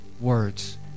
words